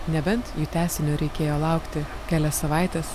nebent jų tęsinio reikėjo laukti kelias savaites